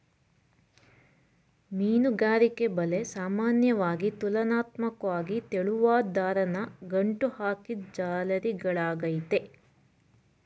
ಮೀನುಗಾರಿಕೆ ಬಲೆ ಸಾಮಾನ್ಯವಾಗಿ ತುಲನಾತ್ಮಕ್ವಾಗಿ ತೆಳುವಾದ್ ದಾರನ ಗಂಟು ಹಾಕಿದ್ ಜಾಲರಿಗಳಾಗಯ್ತೆ